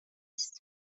است